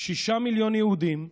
שישה מיליון יהודים,